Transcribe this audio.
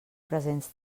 presents